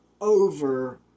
over